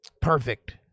perfect